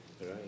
right